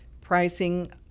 pricing